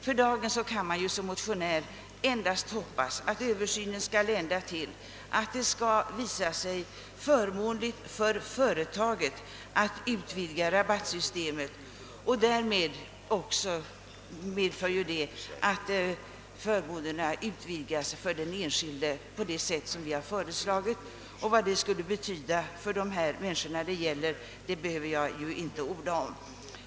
För dagen kan man som motionär endast hoppas att översynen skall lända till att det skall visa sig förmånligt för företaget att utvidga rabattsystemet och därmed att utvidga förmånerna för den enskilde på det sätt som vi föreslagit. Vad det skulle betyda för de människor det här gäller behöver jag ju inte orda om.